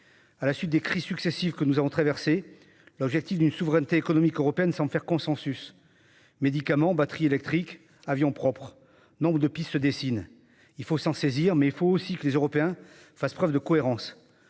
À la suite des crises successives que nous avons traversées, l'objectif d'une souveraineté économique européenne semble faire consensus. Médicaments, batteries électriques, avions propres : nombre de pistes se dessinent. Il faut s'en saisir, mais les Européens doivent aussi faire preuve de cohérence.